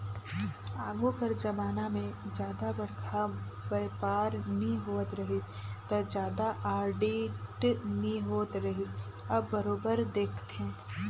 आघु कर जमाना में जादा बड़खा बयपार नी होवत रहिस ता जादा आडिट नी होत रिहिस अब बरोबर देखथे